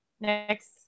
Next